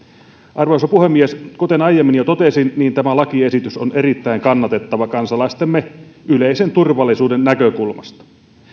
arvoisa puhemies kuten aiemmin jo totesin tämä lakiesitys on erittäin kannatettava kansalaistemme yleisen turvallisuuden näkökulmasta